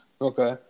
Okay